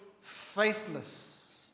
faithless